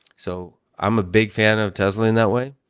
so i'm a big fan of tesla in that way,